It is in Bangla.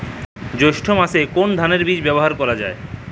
জৈষ্ঠ্য মাসে কোন ধানের বীজ ব্যবহার করা যায়?